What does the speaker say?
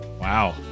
Wow